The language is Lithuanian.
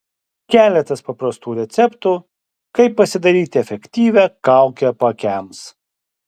keletas paprastų receptų kaip pasidaryti efektyvią kaukę paakiams